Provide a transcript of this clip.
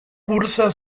cursa